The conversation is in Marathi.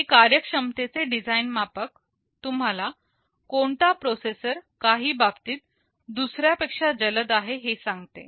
हे कार्य क्षमतेचे डिझाईन मापक तुम्हाला कोणता प्रोसेसर काही बाबतीत दुसऱ्या पेक्षा जलद आहे हे सांगते